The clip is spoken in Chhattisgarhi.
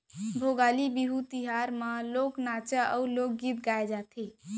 भोगाली बिहू तिहार म लोक नाचा अउ लोकगीत गाए जाथे